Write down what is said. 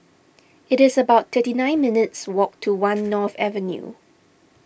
it is about thirty nine minutes' walk to one North Avenue